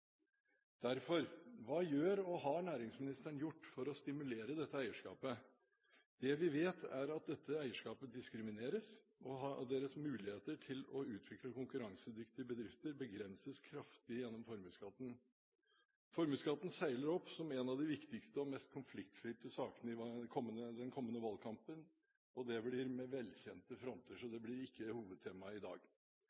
Derfor, hva gjør og har næringsministeren gjort for å stimulere dette eierskapet? Det vi vet, er at dette eierskapet diskrimineres, og deres muligheter til å utvikle konkurransedyktige bedrifter begrenses kraftig gjennom formuesskatten. Formuesskatten seiler opp som en av de viktigste og mest konfliktfylte sakene i den kommende valgkampen. Det blir med velkjente fronter, så